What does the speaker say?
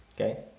okay